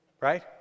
Right